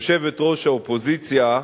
יושבת-ראש האופוזיציה,